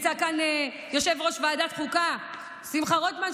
נמצא כאן יושב-ראש ועדת חוקה שמחה רוטמן,